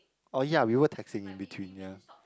oh ya we were texting in between ya